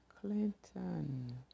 Clinton